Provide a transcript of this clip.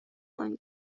کنید